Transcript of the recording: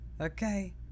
okay